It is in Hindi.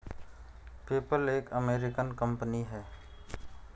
पेपल एक अमेरिकन कंपनी है